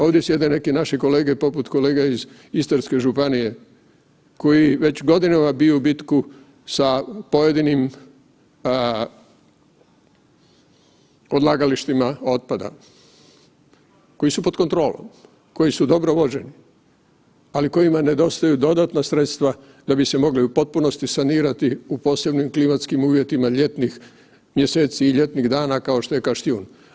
Ovdje sjede neki naše kolege poput kolega iz Istarske županije koji već godinama biju bitku sa pojedinim odlagalištima otpada, koji su pod kontrolom, koji su dobro vođeni, ali kojima nedostaju dodatna sredstva da bi se mogli u potpunosti sanirati u posebnim klimatskim uvjetima ljetnih mjeseci i ljetnih dana kao što je Kaštijun.